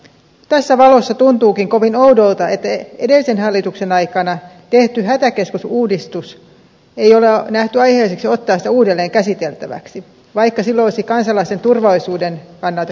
tässä valossa tuntuukin kovin oudolta että edellisen hallituksen aikana tehtyä hätäkeskusuudistusta ei ole nähty aiheelliseksi ottaa uudelleen käsiteltäväksi vaikka sillä olisi kansalaisten turvallisuuden kannalta kaikki perusteet